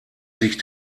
sich